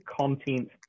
content